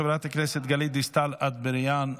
חברת הכנסת גלית דיסטל אטבריאן,